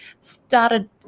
started